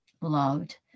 loved